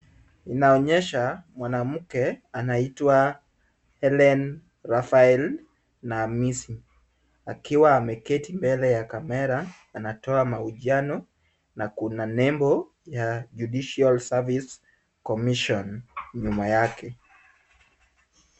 Inaonyesha mwanamke anaitwa Hellen Rafael na Hamisi akiwa ameketi mbele ya kamera anatoa mahojiano na kuna nembo ya judicial service commission nyuma yake.